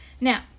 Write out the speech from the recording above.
now